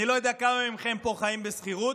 אני לא יודע כמה מכם פה חיים בשכירות,